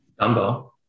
Dumbo